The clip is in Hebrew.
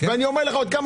עוד כמה